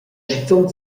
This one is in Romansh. schizun